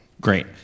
Great